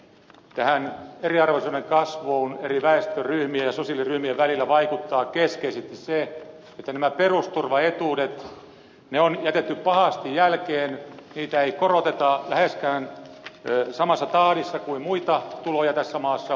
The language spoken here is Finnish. tähän eriarvoisuuden kasvuun eri väestöryhmien ja sosiaaliryhmien välillä vaikuttaa keskeisesti se että nämä perusturvaetuudet on jätetty pahasti jälkeen niitä ei koroteta läheskään samassa tahdissa kuin muita tuloja tässä maassa